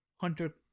Hunter